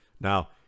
Now